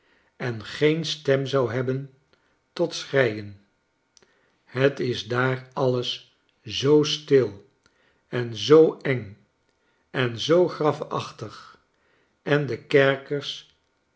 en geen stem zou hebben tot schreien het is daar alles zoo stil en zoo eng en zoo grafachtig en de kerkers